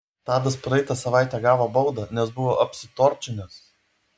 tadas praeitą savaitę gavo baudą nes buvo apsitorčinęs